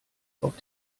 auf